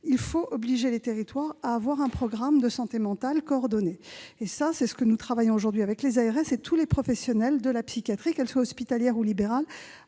il faut obliger les territoires à avoir un programme de santé mentale coordonné. Nous travaillons aujourd'hui avec les ARS et l'ensemble des professionnels de la psychiatrie, qu'elle soit hospitalière ou libérale,